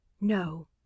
no